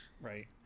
Right